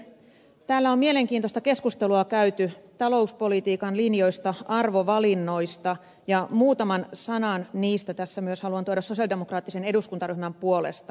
täällä on mielenkiintoista keskustelua käyty talouspolitiikan linjoista arvovalinnoista ja muutaman sanan niistä tässä myös haluan tuoda sosialidemokraattisen eduskuntaryhmän puolesta